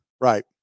Right